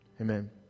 Amen